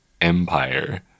Empire